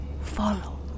follow